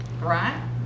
Right